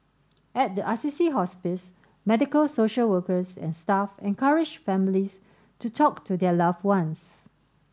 at the Assisi Hospice medical social workers and staff encourage families to talk to their loved ones